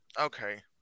Okay